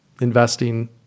investing